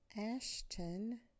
Ashton